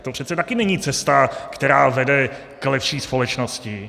To přece taky není cesta, která vede k lepší společnosti.